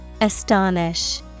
Astonish